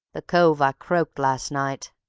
the cove i croaked last night.